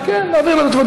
להעביר את התשובה